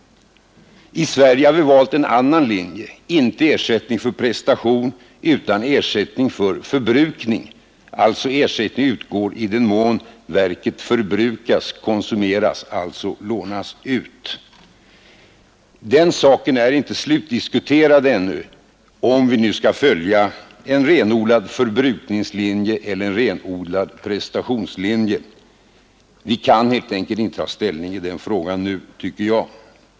I Sverige har vi valt en annan linje — inte ersättning för prestation, utan ersättning för förbrukning. Ersättning utgår i den mån verket förbrukas, konsumeras — alltså lånas ut. Frågan om vi skall följa förbrukningslinjen eller prestationslinjen eller en kombination av dessa är ännu inte slutdiskuterad. Vi kan helt enkelt inte ta ställning till den frågan nu.